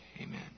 amen